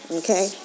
okay